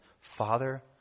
Father